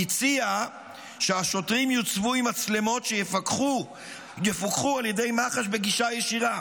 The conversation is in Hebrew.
הציע שהשוטרים יוצבו עם מצלמות שיפוקחו על ידי מח"ש בגישה ישירה.